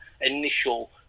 initial